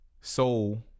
Soul